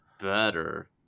better